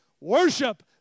worship